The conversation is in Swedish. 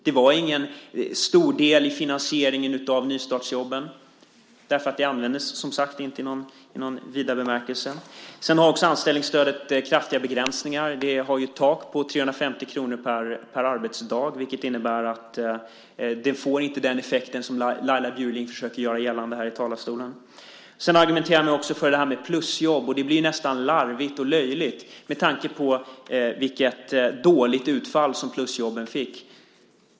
Det var ingen stor del i finansieringen av nystartsjobben eftersom det inte användes i någon vidare bemärkelse. Anställningsstödet har också kraftiga begränsningar. Det finns ett tak på 350 kr per arbetsdag, vilket innebär att det inte får den effekt som Laila Bjurling försökte göra gällande i talarstolen. Den andra åtgärden är att argumentera för plusjobb. Det blir nästan larvigt och löjligt med tanke på vilket dåligt utfall plusjobben fick.